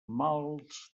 mals